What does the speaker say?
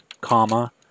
comma